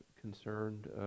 concerned